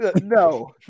No